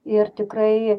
ir tikrai